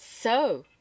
So